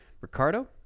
ricardo